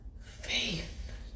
Faith